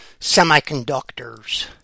Semiconductors